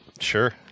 Sure